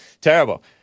Terrible